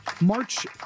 March